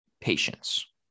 patience